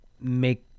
make